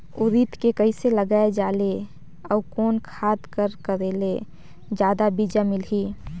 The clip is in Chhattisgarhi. उरीद के कइसे लगाय जाले अउ कोन खाद कर करेले जादा बीजा मिलही?